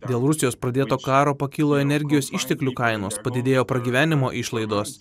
dėl rusijos pradėto karo pakilo energijos išteklių kainos padidėjo pragyvenimo išlaidos